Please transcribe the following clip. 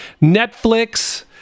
Netflix